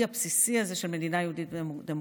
והבסיסי הזה של מדינה יהודית ודמוקרטית.